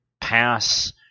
pass